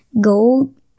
gold